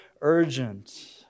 urgent